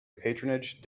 patronage